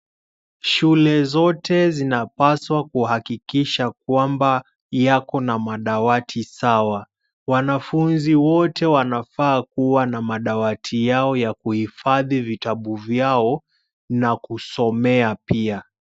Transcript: Shule zote zinapaswa kuhakikisha kwamba yako na madawati sawa, wanafunzi wote wanafaa kuwa na madawati yao ya kuhifadhi vitabu vyao na kusomea pia.